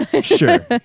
sure